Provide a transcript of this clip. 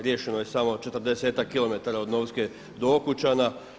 Riješeno je samo 40-tak kilometara od Novske do Okučana.